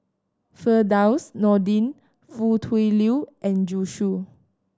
Firdaus Nordin Foo Tui Liew and Zhu Xu